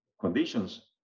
conditions